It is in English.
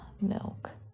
milk